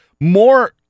more